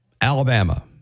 Alabama